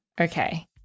Okay